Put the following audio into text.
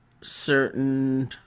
certain